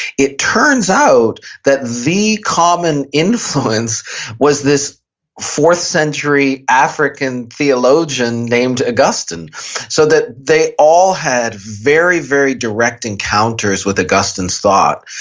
it turns out that the common influence was this fourth century african theologian named augustine and so that they all had very, very direct encounters with augustine's thought.